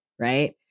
right